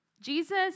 Jesus